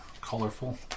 colorful